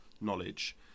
knowledge